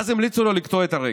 ואז המליצו לו לקטוע את הרגל.